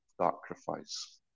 sacrifice